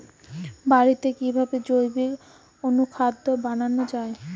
বাড়িতে কিভাবে জৈবিক অনুখাদ্য বানানো যায়?